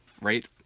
right